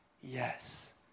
Yes